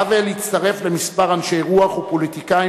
האוול הצטרף לכמה אנשי רוח ופוליטיקאים